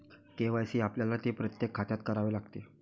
KYC आपल्याला ते प्रत्येक खात्यात करावे लागते